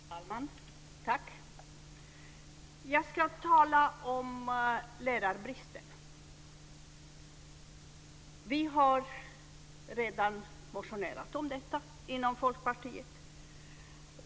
Herr talman! Jag ska tala om lärarbristen. Vi har redan motionerat om detta inom Folkpartiet.